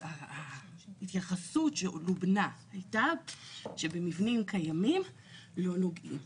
ההתייחסות שלובנה הייתה שבמבנים קיימים לא נוגעים.